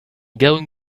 going